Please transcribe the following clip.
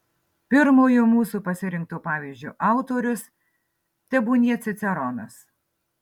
pirmojo mūsų pasirinkto pavyzdžio autorius tebūnie ciceronas